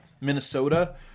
Minnesota